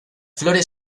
flores